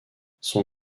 son